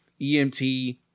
EMT